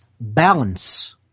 balance